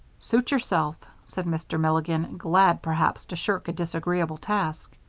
suit yourself, said mr. milligan, glad perhaps to shirk a disagreeable task.